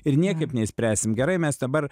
ir niekaip neišspręsim gerai mes dabar